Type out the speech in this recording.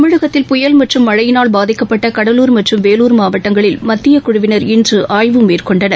தமிழகத்தில் புயல் மற்றும் மழையினால் பாதிக்கப்பட்ட கடலூர் மற்றும் வேலூர் மாவட்டங்களில் மத்திய குழுவினர் இன்று ஆய்வு மேற்கொண்டனர்